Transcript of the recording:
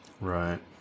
Right